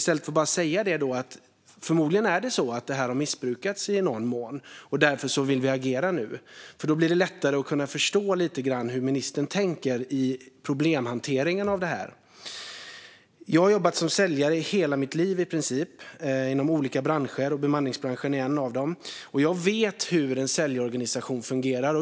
Varför kan man då inte säga: Förmodligen har detta missbrukats i någon mån, och därför vill vi agera nu. Då blir det lättare att förstå hur ministern tänker när det gäller själva problemhanteringen. Jag har jobbat som säljare i nästan hela mitt liv, inom olika branscher, och bemanningsbranschen är en av dem. Jag vet hur en säljorganisation fungerar.